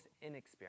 inexperienced